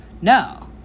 No